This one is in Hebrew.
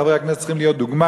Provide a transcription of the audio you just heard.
חברי הכנסת צריכים להיות דוגמה.